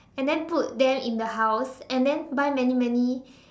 and then put them in the house and then buy many many